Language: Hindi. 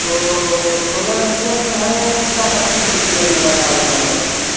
तो सोलह एम्पिएर में है या बत्तीस एम्पिएर में है लगा हुआ है